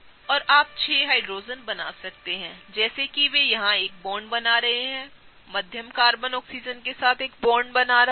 और आप 6 हाइड्रोजन बना सकते हैं जैसे कि वे यहां एक बॉन्ड बना रहे हैंमध्यम कार्बन ऑक्सीजन के साथ एक बॉन्ड बना रहा है